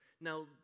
Now